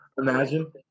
imagine